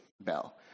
bell